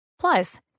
Plus